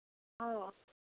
অঁ